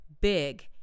big